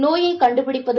நோயை கண்டுபிடிப்பது